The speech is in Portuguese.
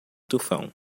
tufão